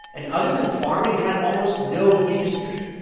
and other than farming, it had almost no industry.